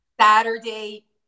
Saturday